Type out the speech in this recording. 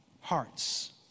hearts